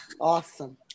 Awesome